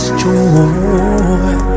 joy